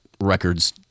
records